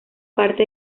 parte